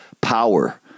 power